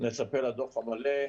אני מצפה לדוח המלא.